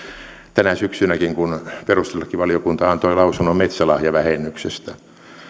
tänä syksynäkin kun perustuslakivaliokunta antoi lausunnon metsälahjavähennyksestä